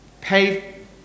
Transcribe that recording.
pay